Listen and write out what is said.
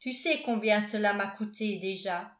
tu sais combien cela m'a coûté déjà